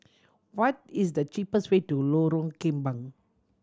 what is the cheapest way to Lorong Kembang